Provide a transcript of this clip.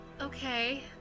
okay